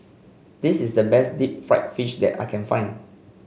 this is the best Deep Fried Fish that I can find